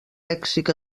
lèxic